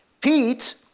Pete